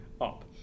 up